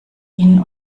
ihnen